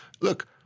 Look